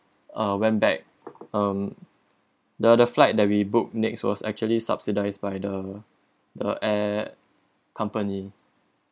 uh went back um the the flight that we book next was actually subsidized by the the air company